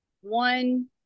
one